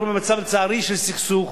אנחנו במצב, לצערי, של סכסוך,